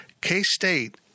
K-State